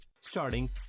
Starting